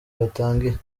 batangiye